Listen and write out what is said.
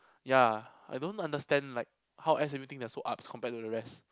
ya I don't understand like how S_M_U think they are so ups compared to the rest